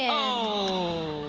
oh.